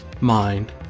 Mind